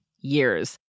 years